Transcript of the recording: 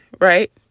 right